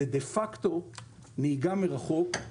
זה דה-פקטו נהיגה מרחוק,